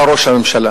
אתה ראש הממשלה